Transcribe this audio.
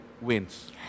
wins